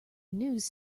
news